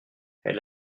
elle